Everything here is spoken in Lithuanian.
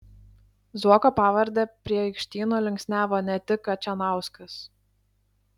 zuoko pavardę prie aikštyno linksniavo ne tik kačanauskas